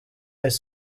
high